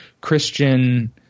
Christian